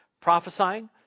Prophesying